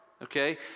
Okay